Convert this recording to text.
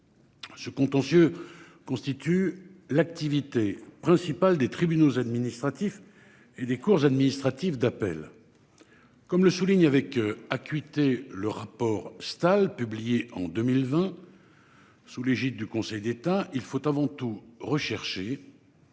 Ce contentieux constitue l'activité principale des tribunaux administratifs et des cours administratives d'appel. Comme le souligne avec acuité le rapport Stahl publié en 2020. Sous l'égide du Conseil d'État, il faut avant tout rechercher.